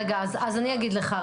רגע, אז אני אגיד לך.